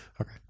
Okay